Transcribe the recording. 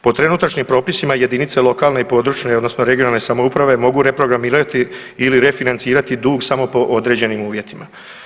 Po trenutačnim propisima jedinice lokalne i područne odnosno regionalne samouprave mogu reprogramirati ili refinancirati dug samo po određenim uvjetima.